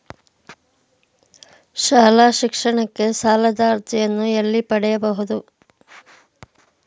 ಶಾಲಾ ಶಿಕ್ಷಣಕ್ಕೆ ಸಾಲದ ಅರ್ಜಿಯನ್ನು ಎಲ್ಲಿ ಪಡೆಯಬಹುದು?